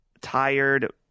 tired